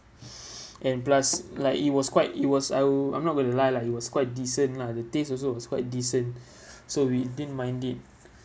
and plus like it was quite it was I'll I'm not going to lie lah it was quite decent lah the taste also was quite decent so we didn't mind it